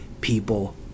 people